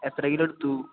എത്ര കിലോ എടുത്തു